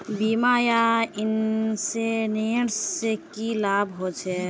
बीमा या इंश्योरेंस से की लाभ होचे?